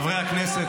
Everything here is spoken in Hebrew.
חברי הכנסת,